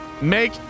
make